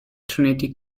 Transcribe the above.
trinity